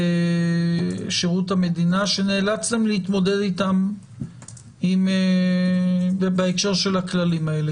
בשירות המדינה שנאלצתם להתמודד איתם בהקשר של הכללים האלה?